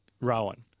Rowan